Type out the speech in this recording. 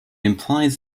implies